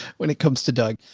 when it comes to doug.